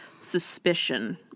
suspicion